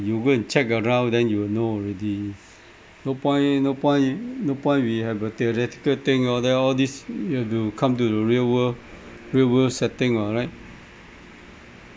you go and check around then you will know already no point no point no point we have a theoretical thing all that all this you have to come to the real world real world setting oh right